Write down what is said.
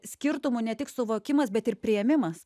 skirtumų ne tik suvokimas bet ir priėmimas